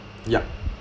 yup